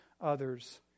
others